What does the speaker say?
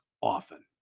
often